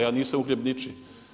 Ja nisam uhljeb ničiji.